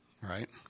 right